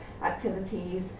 Activities